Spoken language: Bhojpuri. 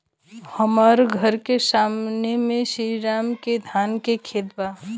हमर घर के सामने में श्री राम के धान के खेत बा